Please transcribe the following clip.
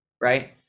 right